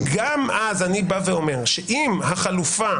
גם אז אני בא ואומר שאם החלופה